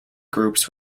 groups